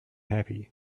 happy